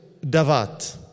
Davat